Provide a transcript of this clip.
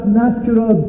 natural